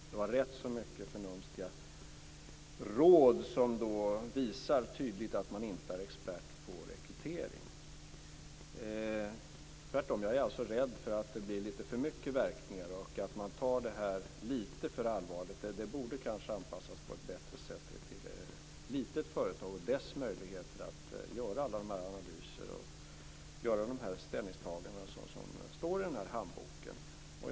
Det är rätt mycket förnumstiga råd som tydligt visar att man inte är expert på rekrytering. Jag är tvärtom rädd för att det blir för mycket verkningar och att man tar det här lite för allvarligt. Det borde kanske anpassas till ett litet företag och dess möjligheter att göra alla de analyser och ställningstaganden som det står om i handboken.